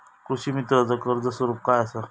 कृषीमित्राच कर्ज स्वरूप काय असा?